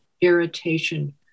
irritation